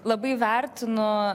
labai vertinu